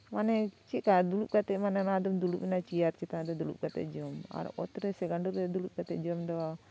ᱢᱟᱱᱮ ᱪᱮᱫᱠᱟ ᱫᱩᱲᱩᱵ ᱠᱟᱛᱮᱜ ᱢᱟᱱᱮᱢ ᱫᱩᱲᱩᱵ ᱮᱱᱟ ᱪᱮᱭᱟᱨ ᱪᱮᱛᱟᱱ ᱨᱮ ᱫᱩᱲᱩᱵ ᱠᱟᱛᱮᱜ ᱡᱚᱢ ᱚᱛᱨᱮ ᱥᱮ ᱜᱟᱸᱰᱳ ᱨᱮ ᱫᱩᱲᱩᱵ ᱠᱟᱛᱮᱜ ᱡᱚᱢ ᱫᱚ